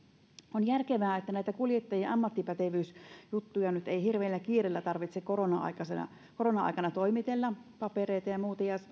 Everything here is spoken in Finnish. on järkevää että näitä kuljettajien ammattipätevyysjuttuja papereita ja muita nyt ei hirveällä kiireellä tarvitse koronan aikana toimitella ja ja